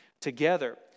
together